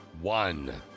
one